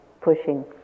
pushing